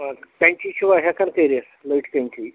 آ کَنچی چھِوا ہٮ۪کان کٔرِتھ لٔٹۍ کَنچی